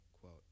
quote